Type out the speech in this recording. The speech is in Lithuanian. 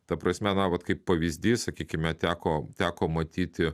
ta prasme na vat kaip pavyzdys sakykime teko teko matyti